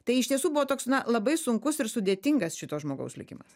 tai iš tiesų buvo toks na labai sunkus ir sudėtingas šito žmogaus likimas